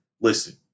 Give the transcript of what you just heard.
listen